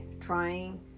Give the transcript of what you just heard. Trying